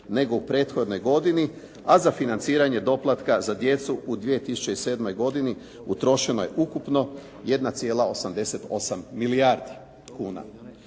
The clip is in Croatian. nego u prethodnoj godini a za financiranje doplatka za djecu u 2007. godini utrošeno je ukupno 1,88 milijardi kuna.